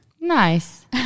Nice